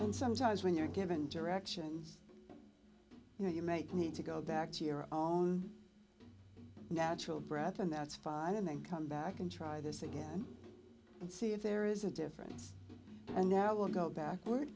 and sometimes when you're given directions you know you might need to go back to your own natural breath and that's fine and then come back and try this again and see if there is a difference and now will go backward